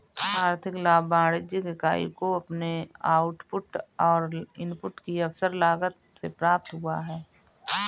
आर्थिक लाभ वाणिज्यिक इकाई को अपने आउटपुट और इनपुट की अवसर लागत से प्राप्त हुआ है